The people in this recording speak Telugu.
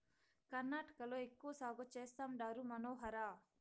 కర్ణాటకలో ఎక్కువ సాగు చేస్తండారు మనోహర